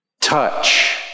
Touch